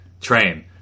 train